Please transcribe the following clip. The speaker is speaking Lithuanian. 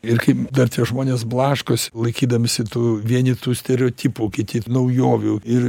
ir kaip dar tie žmonės blaškos laikydamiesi tų vieni tų stereotipų kiti naujovių ir